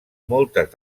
moltes